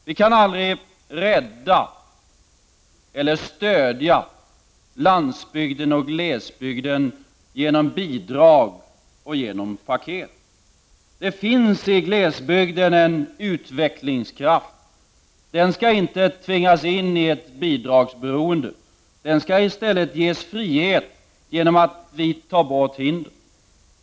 Vi kan aldrig rädda eller stödja landsbygden och glesbygden genom bidrag och med paket. Det finns i glesbygden en utvecklingskraft. Glesbygden skall inte tvingas in i ett bidragsberonde, utan den skall i stället ges frihet genom att vi tar bort hinder.